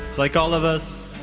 like all of us,